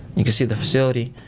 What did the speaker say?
you can see the facility.